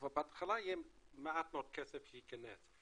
אבל בהתחלה מעט מאוד כסף ייכנס.